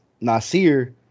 Nasir